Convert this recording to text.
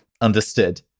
understood